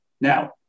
Now